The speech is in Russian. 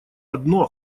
одно